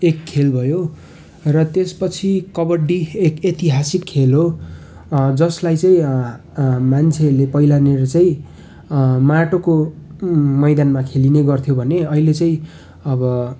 एक खेल भयो र त्यसपछि कबड्डी एक ऐतिहासिक खेल हो जसलाई चाहिँ मान्छेहरूले पहिलानिर चाहिँ माटोको मैदानमा खेलिने गरिन्थ्यो भने अहिले चाहिँ अब